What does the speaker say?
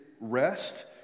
rest